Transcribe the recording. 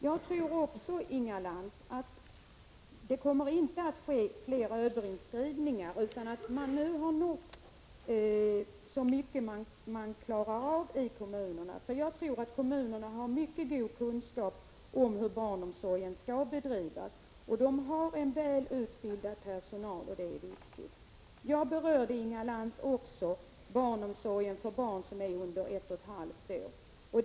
Jag tror också, Inga Lantz, att det inte kommer att ske fler överinskrivningar utan att man nu har nått så långt man klarar av i kommunerna. Jag tror att kommunerna har mycket goda kunskaper om hur barnomsorgen skall bedrivas. De har en väl utbildad personal, och det är viktigt. Jag berörde också, Inga Lantz, barnomsorgen för barn under ett och ett halvt år.